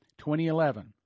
2011